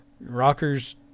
Rocker's